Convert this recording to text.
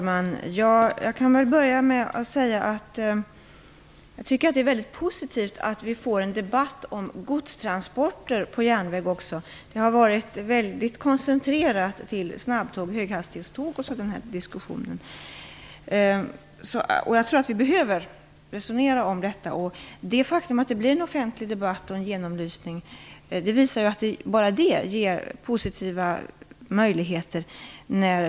Fru talman! Jag tycker att det är positivt att vi får en debatt om godstransporter på järnväg. Sådana här diskussioner har annars varit koncentrerade till snabbtåg och höghastighetståg. Jag tror att vi behöver resonera om det här. En offentlig debatt och en genomlysning visar att det finns möjligheter.